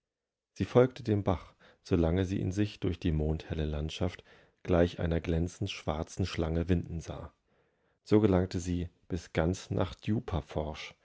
sie folgte dem bach solange sie ihn sich durch die mondhelle landschaft gleich einer glänzend schwarzen schlange winden sah so gelangte sie bis ganz nach